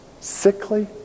sickly